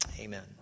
Amen